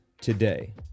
today